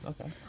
Okay